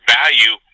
value